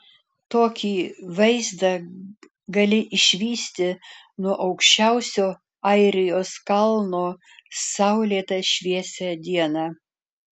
tokį vaizdą gali išvysti nuo aukščiausio airijos kalno saulėtą šviesią dieną